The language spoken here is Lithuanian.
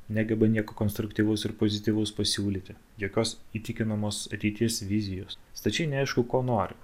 negeba nieko konstruktyvaus ir pozityvaus pasiūlyti jokios įtikinamos ateities vizijos stačiai neaišku ko nori